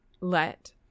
let